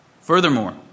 Furthermore